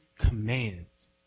commands